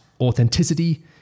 authenticity